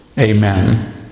Amen